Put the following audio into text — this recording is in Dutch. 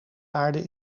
aarde